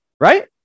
Right